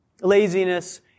laziness